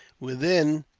within,